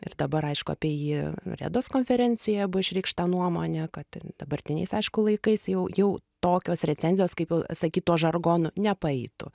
ir dabar aišku apie jį redos konferencijoje buvo išreikšta nuomonė kad ten dabartiniais aišku laikais jau jau tokios recenzijos kaip jau sakyt tuo žargonu nepraeitų